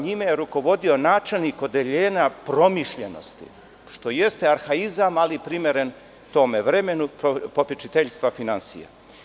Njime je rukovodio načelnik odeljenja promišljenosti, što jeste arhaizam, ali primeren tom vremenu, popečiteljstva finansija.